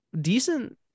decent